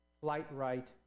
flight-right